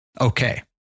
okay